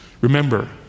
remember